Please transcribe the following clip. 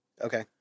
Okay